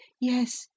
yes